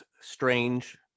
strange